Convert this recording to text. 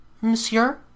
Monsieur